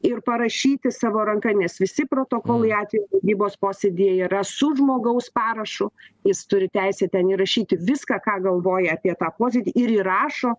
ir parašyti savo ranka nes visi protokolai atvejo vadybos posėdyje yra su žmogaus parašu jis turi teisę ten įrašyti viską ką galvoja apie tą posėdį ir įrašo